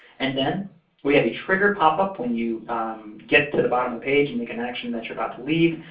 and then we have a trigger p op-up when you get to the bottom of the page and make an action that you're about to leave,